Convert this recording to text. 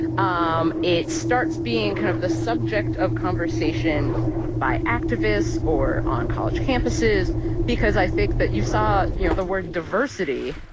um it starts being kind of the subject of conversation by activists or on college campuses because i think that you saw, you know, the word diversity,